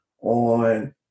on